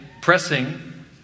pressing